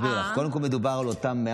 אסביר לך: קודם כול מדובר על אותם 100